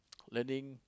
learning